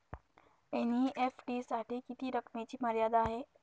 NEFT साठी किती रकमेची मर्यादा आहे?